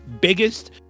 biggest